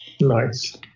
Nice